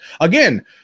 again